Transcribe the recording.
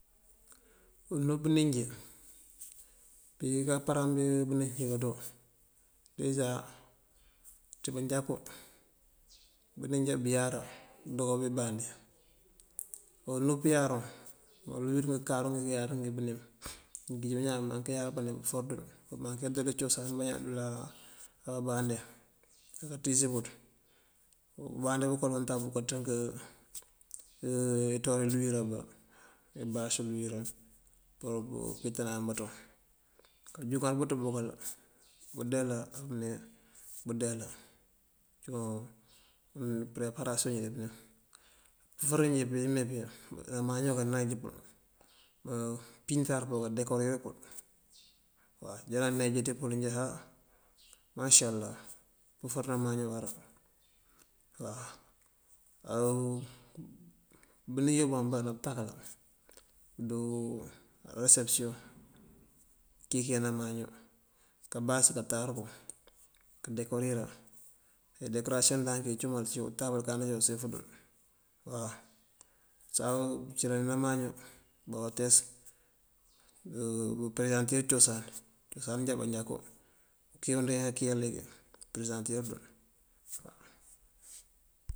Unú bënim injí, bíbí káampára bënim injí, kándo: dejá ţí manjakú, bënim jábiyar bëdukádu bandi. Onú pëëyárul, ngëëluwir ngëënkaru ngiikáyarëngi bënim, ngëënginj bañaan binkí láyarëbëki forëtu. Kaankiyandul cosan bañaan dëlaa ab mbandi. Abaanţísëbuţ, umbandi bëkël untamb, búku ţënk inţúwári luwírabá, ibáac luwírabá pur pëëweentaanan banţoŋ. Këënjúnkan bëeţ bëkël búundeela bëliyëng, búundeela. Iyo pëërepaarasiyoŋ uyaŋ. Pëëfëër injí pimpi amaaño káneejëpël píntáarëpël, káandekooripël. Unjá náaneejënţipël nijáa haa mácálá pëëfër námaño awara waw. Á bënim joon baande butakala, dú resepsyoŋ kikërna námaña, kábas káatarëkún, këëndekoorira dekoorasiyoŋdan úncum dúncum untabël kaanando búusef dul waw. ucíláari namaña, baawootes, búu pëëreesaŋtir cosan. Cosan já manjaku uki udukawinkë kakiya legi pëëreesaŋtir dël.